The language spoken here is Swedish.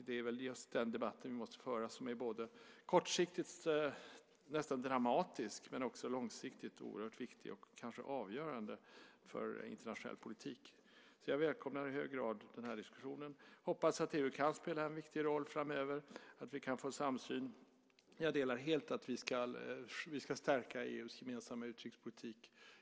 Det är väl just den debatten vi måste föra. Den är kortsiktigt nästan dramatiskt men också långsiktigt oerhört viktig och kanske avgörande för internationell politik. Jag välkomnar i hög grad den diskussionen och hoppas att EU kan spela en viktig roll framöver och att vi kan få samsyn. Jag delar helt synen på att vi ska stärka EU:s gemensamma utrikespolitik.